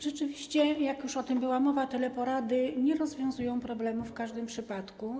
Rzeczywiście, jak już o tym była mowa, teleporady nie rozwiązują problemu w każdym przypadku.